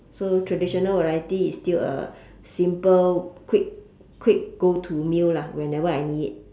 so traditional variety is still a simple quick quick go to meal lah whenever I need it